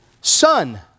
Son